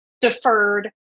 deferred